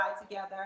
together